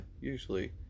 usually